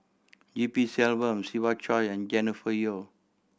E P Selvam Siva Choy and Jennifer Yeo